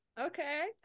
Okay